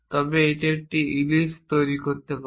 তবে এটি একটি ইলিপ্স তৈরি করতে পারে